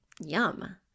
yum